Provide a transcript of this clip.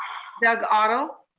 doug otto.